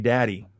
Daddy